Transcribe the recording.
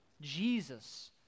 Jesus